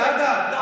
סעדה,